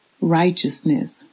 Righteousness